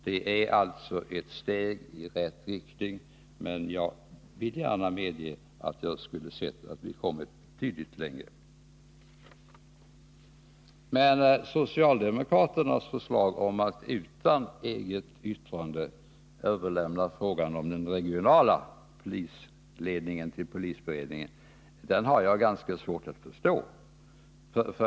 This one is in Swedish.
Det är alltså ett steg i rätt riktning, men jag skulle gärna ha sett att vi kommit betydligt längre. Socialdemokraternas förslag om att utan eget yttrande överlämna frågan om den regionala polisledningen till polisberedningen har jag för min del ganska svårt att förstå.